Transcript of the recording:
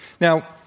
Now